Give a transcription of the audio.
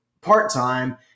part-time